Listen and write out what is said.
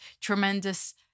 tremendous